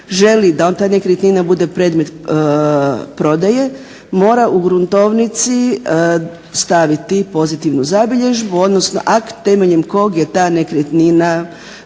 želi da ta nekretnina bude predmet prodaje mora u gruntovnici staviti pozitivnu zabilježbu, odnosno akt temeljem kog je ta nekretnina